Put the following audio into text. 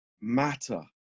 matter